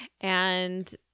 and-